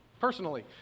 personally